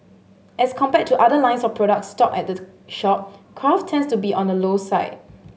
as compared to other lines of products stocked at the shop craft tends to be on the low side